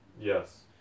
Yes